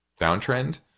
downtrend